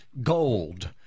gold